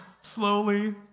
slowly